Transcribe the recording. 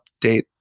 update